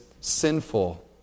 sinful